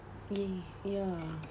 !ee! ya